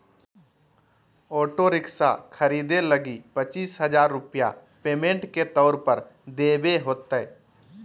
auto rickshaw खरीदे लगी पचीस हजार रूपया पेमेंट के तौर पर देवे होतय